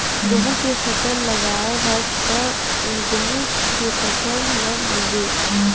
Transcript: गहूँ के फसल लगाए हस त गहूँच के फसल ल लूबे